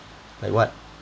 like what